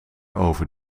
over